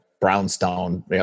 brownstone